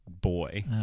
boy